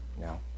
No